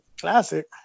classic